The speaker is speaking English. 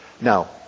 Now